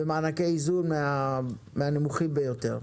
ומענקי איזון מהנמוכים ביותר.